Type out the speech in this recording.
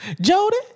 Jody